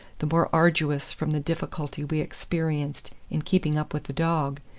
the more arduous from the difficulty we experienced in keeping up with the dog,